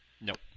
Nope